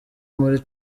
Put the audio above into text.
muri